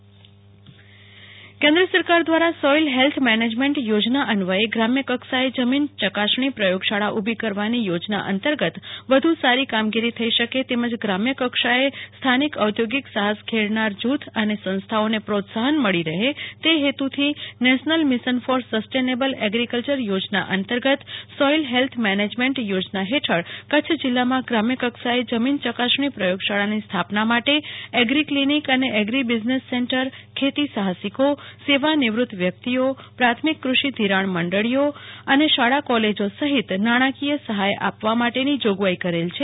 Kalpana Shah soil health management યોજના કેન્દ્ર સરકાર દ્વારા સોઈલ હેલ્થ મેનેજમેન્ટ યોજના અન્વયે ગ્રામ્ય કક્ષાએ જમીન ચકાસણી પ્રયોગશાળા ઉભી કરવાની યોજના અંતર્ગત વધુ સારી કામગીરી થઈ શકે તેમજ ગ્રામ્ય કક્ષાએ સથનિક ઔદોગિક સાહસ ખેડનાર જૂથ અને સંસ્થાઓને પ્રોત્સાહન મળી રહે તે હેતુસર national mission for sustainable agriculture યોજના અંતર્ગત સોઈલ હેલ્થ મેનેજમેન્ટ યોજના હેઠળ કચ્છ જીલ્લામાં ગ્રામ્ય કક્ષાએ જમીન ચકાસણી પ્રયોગશાળાની સ્થાપના માટે એગ્રી ક્લિનિક અને એગ્રી બિઝનેશ સેન્ટર ખેતી સાહસિકો સેવા નિવૃત્ત વ્યક્તીઓ પ્રાથમિક ક્રષિ ધીરાણ મંડળીઓ અને શાળા કોલેજો સહિત નાણાકીય સહાય આપવા માટેની જોગવાઈ કરેલ છે